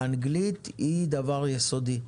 האנגלית היא דבר יסודו.